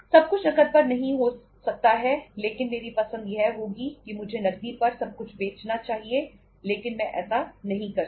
सब कुछ नकद पर नहीं हो सकता है लेकिन मेरी पसंद यह होगी कि मुझे नकदी पर सब कुछ बेचना चाहिए लेकिन मैं ऐसा नहीं कर सकता